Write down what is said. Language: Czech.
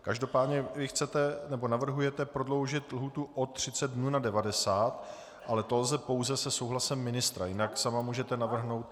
Každopádně vy chcete, navrhujete prodloužit lhůtu o 30 dnů na 90, ale to lze pouze se souhlasem ministra, jinak sama můžete navrhnout...